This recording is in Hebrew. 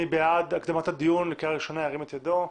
מי שבעד הקדמת הדיון לקריאה ראשונה שירים את ידו.